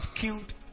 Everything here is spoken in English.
killed